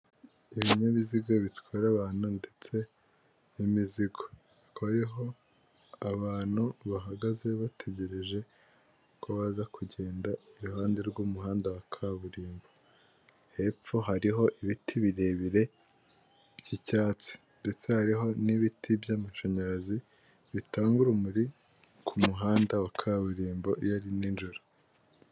Ibinyabiziga bitwara abantu ndetse n'imizigo hakaba hariho abantu bahagaze bategereje ko baza kugenda iruhande rw'umuhanda wa kaburimbo, hepfo hariho ibiti birebire by'icyatsi ndetse hariho n'ibiti by'amashanyarazi bitanga urumuri ku muhanda wa kaburimbo iyo ari ninjoro.